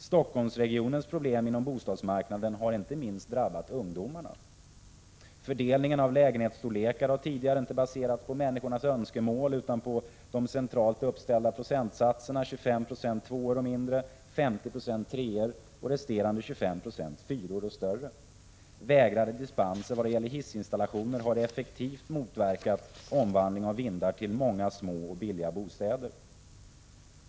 Stockholmsregionens problem inom bostadsmarknaden har inte minst drabbat ungdomarna. Fördelningen av lägenhetsstorlekarna har tidigare inte baserats på människornas önskemål, utan på de centralt uppställda procentsatserna 25 9 tvåor och mindre, 50 20 treor och resterande 25 96 fyror och större. Vägrade dispenser vad gäller hissinstallationer har effektivt motverkat omvandling av vindar till många små och billiga bostäder.